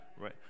right